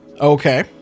Okay